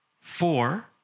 four